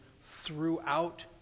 throughout